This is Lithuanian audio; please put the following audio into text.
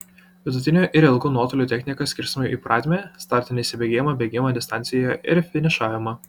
vidutinių ir ilgų nuotolių technika skirstoma į pradmę startinį įsibėgėjimą bėgimą distancijoje ir finišavimą